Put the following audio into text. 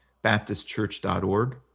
baptistchurch.org